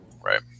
Right